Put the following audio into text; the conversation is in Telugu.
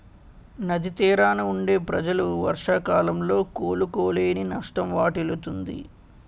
నది తీరాన వుండే ప్రజలు వర్షాకాలంలో కోలుకోలేని నష్టం వాటిల్లుతుంది